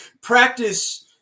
Practice